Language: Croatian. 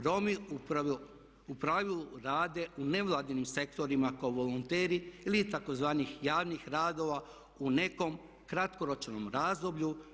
Romi u pravilu rade u nevladinim sektorima kao volonteri ili tzv. javnih radova u nekom kratkoročnom razdoblju.